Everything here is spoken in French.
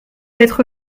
être